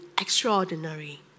extraordinary